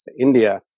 India